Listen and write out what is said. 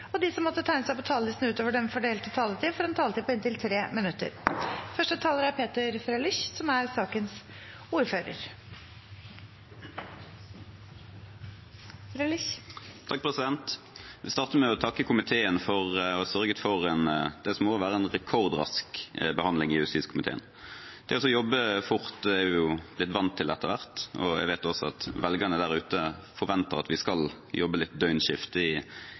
og de som måtte tegne seg på talerlisten utover den fordelte taletid, får også en taletid på inntil 3 minutter. Jeg vil starte med å takke komiteen for å ha sørget for det som må være en rekordrask behandling i justiskomiteen. Det å jobbe fort er vi blitt vant til etter hvert, og jeg vet også at velgerne der ute forventer at vi skal jobbe døgnskift i